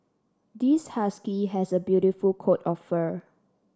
this husky has a beautiful coat of fur